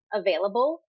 available